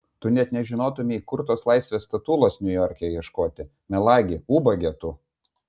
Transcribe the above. tu net nežinotumei kur tos laisvės statulos niujorke ieškoti melagi ubage tu